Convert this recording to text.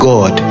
God